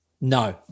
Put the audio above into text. No